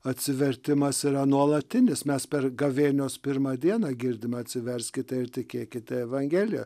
atsivertimas yra nuolatinis mes per gavėnios pirmą dieną girdime atsiverskite ir tikėkite evangelija